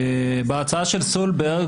בהצעה של סולברג,